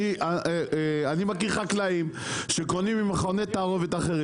אני מכיר חקלאים שקונים ממכוני תערובת אחרים